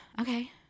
Okay